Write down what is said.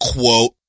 quote